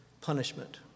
punishment